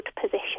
position